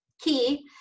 key